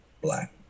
black